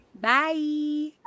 Bye